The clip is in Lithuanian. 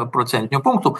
procentinių punktų